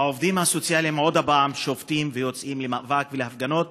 העובדים הסוציאליים עוד פעם שובתים ויוצאים למאבק ולהפגנות